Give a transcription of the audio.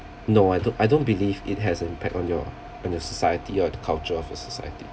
no I do~ I don't believe it has an impact on your on your society or the culture of a society